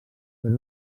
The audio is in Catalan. però